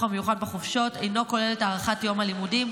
המיוחד בחופשות אינו כולל את הארכת יום הלימודים.